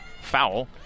foul